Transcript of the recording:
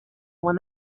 when